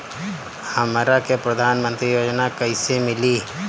हमरा के प्रधानमंत्री योजना कईसे मिली?